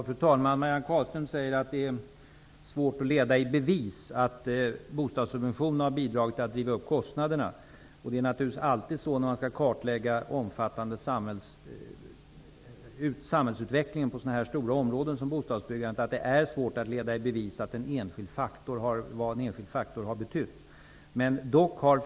Fru talman! Marianne Carlström säger att det är svårt att leda i bevis att bostadssubventionerna har bidragit till att driva upp kostnaderna. När man skall kartlägga samhällsutvecklingen på sådana stora områden som bostadsbyggandet är det naturligtvis alltid svårt att se vad en enskild faktor har betytt.